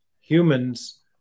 humans